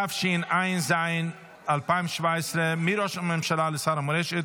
תשע"ז 2017, מראש הממשלה לשר למורשת,